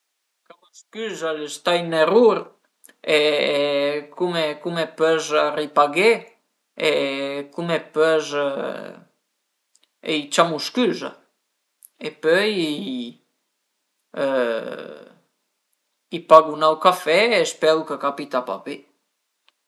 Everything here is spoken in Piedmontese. Cercu ün toch dë carta ën po bel, lu piegu a metà, pöi apres scrivu la mutivasiun dël dël ringrasiament e ël mitent e pöi cercu 'na bela büsta, i lu bütu ëndrinta e pöi s'la büsta scrivu për chi al e pöi dopu bütu la via e l'indirisi e bon